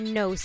no